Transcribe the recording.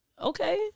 Okay